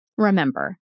remember